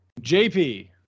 JP